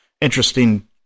interesting